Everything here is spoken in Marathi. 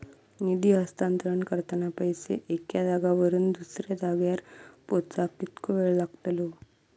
निधी हस्तांतरण करताना पैसे एक्या जाग्यावरून दुसऱ्या जाग्यार पोचाक कितको वेळ लागतलो?